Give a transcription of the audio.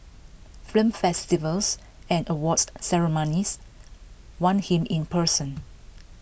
film festivals and awards ceremonies want him in person